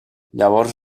llavors